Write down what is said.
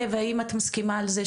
והאם את מסכימה על זה,